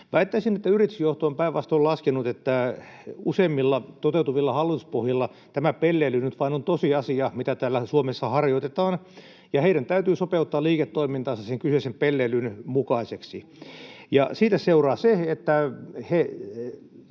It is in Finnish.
Väittäisin, että yritysjohto on päinvastoin laskenut, että useimmilla toteutuvilla hallituspohjilla tämä pelleily nyt vain on tosiasia, mitä täällä Suomessa harjoitetaan, ja heidän täytyy sopeuttaa liiketoimintaansa sen kyseisen pelleilyn mukaiseksi. Siitä seuraa se, että he